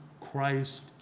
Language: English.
Christ